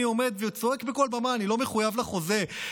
עומד וצועק בכל במה: אני לא מחויב לחוזה,